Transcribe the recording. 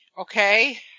okay